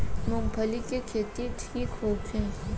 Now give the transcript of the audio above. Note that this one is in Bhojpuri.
मूँगफली के खेती ठीक होखे?